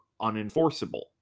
unenforceable